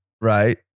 right